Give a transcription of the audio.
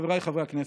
חבריי חברי הכנסת,